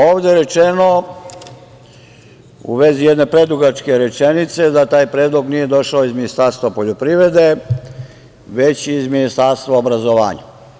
Ovde je rečeno, u vezi jedne predugačke rečenice, da taj predlog nije došao iz Ministarstva poljoprivrede, već iz Ministarstva obrazovanja.